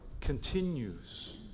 continues